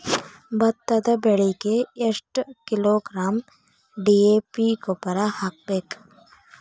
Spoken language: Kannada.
ಭತ್ತದ ಬೆಳಿಗೆ ಎಷ್ಟ ಕಿಲೋಗ್ರಾಂ ಡಿ.ಎ.ಪಿ ಗೊಬ್ಬರ ಹಾಕ್ಬೇಕ?